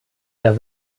der